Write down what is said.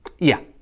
yeah.